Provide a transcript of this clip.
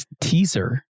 Teaser